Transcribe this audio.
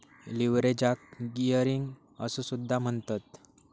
लीव्हरेजाक गियरिंग असो सुद्धा म्हणतत